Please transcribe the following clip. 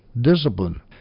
discipline